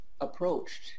approached